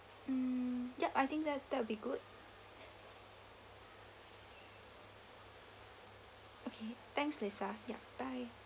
mm yup I think that that would be good okay thanks lisa yup bye